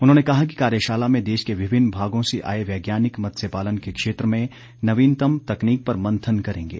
उन्होंने कहा कि कार्यशाला में देश के विभिन्न भागों से आए वैज्ञानिक मत्स्य पालन के क्षेत्र में नवीनतम तकनीक पर मंथन करेंगे